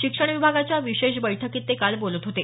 शिक्षण विभागाच्या विशेष बैठकीत ते काल बोलत होते